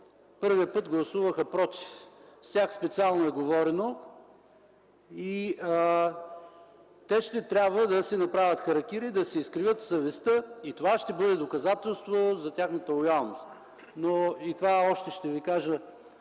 първият път гласуваха „против”. С тях специално е говорено и те ще трябва да си направят харакири, да си изкривят съвестта и това ще бъде доказателството за тяхната лоялност. В тези кратки